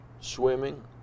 swimming